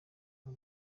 nta